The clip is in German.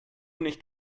nicht